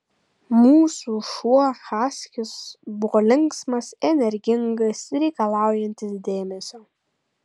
mūsų šuo haskis buvo linksmas energingas reikalaujantis dėmesio